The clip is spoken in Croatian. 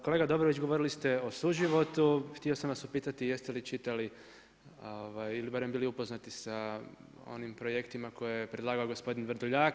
Kolega Dobrović govorili ste o suživotu, htio sam vas upitati jeste li čitali ili barem bili upoznati sa onim projektima koje je predlagao gospodin Vrdoljak.